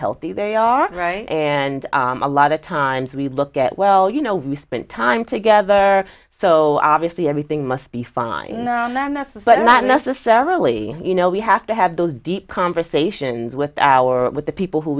healthy they are right and a lot of times we look at well you know we spent time together so obviously everything must be fine now and then that's not necessarily you know we have to have those deep conversations with our with the people who